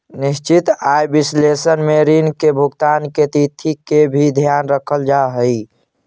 निश्चित आय विश्लेषण में ऋण के भुगतान के तिथि के भी ध्यान रखल जा हई